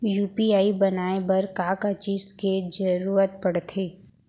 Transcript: UPI बनाए बर का का चीज के जरवत पड़थे?